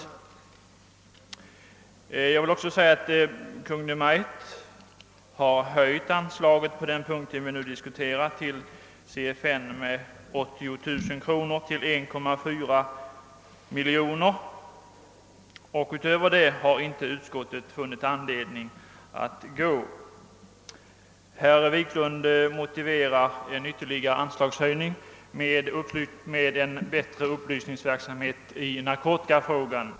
Kungl. Maj:t har också höjt anslaget till CFN med 80000 kronor till 1,4 miljon kronor. Utöver det har utskottet inte funnit anledning att gå. Herr Wiklund motiverar en ytterligare anslagshöjning med behovet av en bättre upplysningsverksamhet i narkotikafrågan.